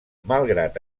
malgrat